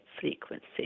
frequency